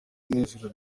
munezero